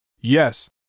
Yes